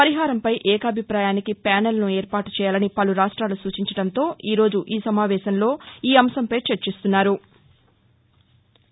పరిహారంపై ఏకాభిపాయానికి ప్యానెల్ను ఏర్పాటు చేయాలని పలు రాష్ట్రాలు సూచించడంతో ఈ రోజు సమావేశంలో ఈ అంశంపై చర్చిస్తున్నారు